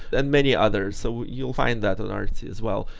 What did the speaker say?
and many others. so you'll find that on artsy as well.